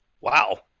Wow